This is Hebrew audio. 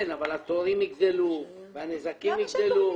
כן, אבל התורים יגדלו והנזקים יגדלו.